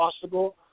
possible